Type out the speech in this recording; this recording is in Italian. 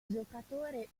giocatore